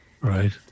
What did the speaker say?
Right